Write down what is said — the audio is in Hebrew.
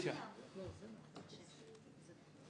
ההצעה